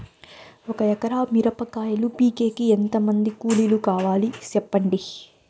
ఒక ఎకరా మిరప కాయలు పీకేకి ఎంత మంది కూలీలు కావాలి? సెప్పండి?